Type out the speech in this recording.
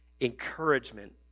encouragement